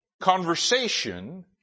conversation